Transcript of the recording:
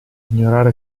ignorare